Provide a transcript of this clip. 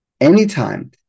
Anytime